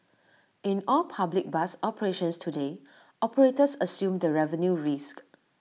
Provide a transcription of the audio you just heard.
in all public bus operations today operators assume the revenue risk